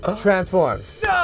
Transforms